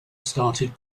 started